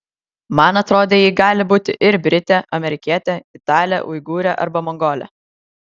man atrodė ji gali būti ir britė amerikietė italė uigūrė arba mongolė